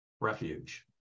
refuge